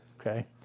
okay